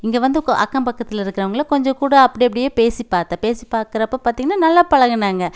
இங்கே வந்து கோ அக்கம் பக்கத்தில் இருக்கிறவங்கள கொஞ்சக்கூட அப்படி அப்படியே பேசிப் பார்த்தேன் பேசிப் பார்க்கறப்போ பார்த்தீங்கன்னா நல்லா பழகுனாங்க